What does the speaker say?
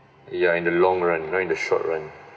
ya in the long run not in the short run